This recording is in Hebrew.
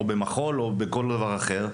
במחול או בכל דבר אחר.